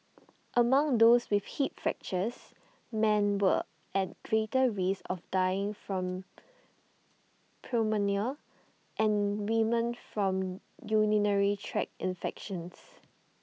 among those with hip fractures men were at greater risk of dying from pneumonia and women from urinary tract infections